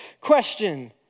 question